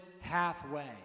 halfway